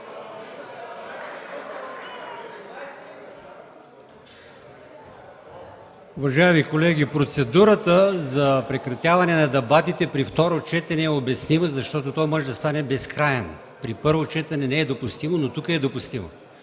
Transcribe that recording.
Уважаеми колеги, процедурата за прекратяване на дебатите при второ четене е обяснима, защото то може да стане безкрайно. При първо четене не е допустимо, но тук е.